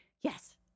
Yes